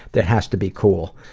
that has to be cool.